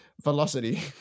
velocity